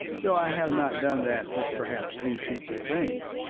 though i have not done that which perhaps these people think.